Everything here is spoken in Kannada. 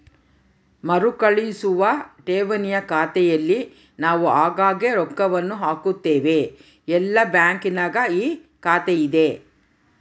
ಮರುಕಳಿಸುವ ಠೇವಣಿಯ ಖಾತೆಯಲ್ಲಿ ನಾವು ಆಗಾಗ್ಗೆ ರೊಕ್ಕವನ್ನು ಹಾಕುತ್ತೇವೆ, ಎಲ್ಲ ಬ್ಯಾಂಕಿನಗ ಈ ಖಾತೆಯಿದೆ